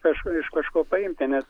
kažkur iš kažko paimti nes